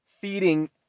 feeding